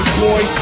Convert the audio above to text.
boy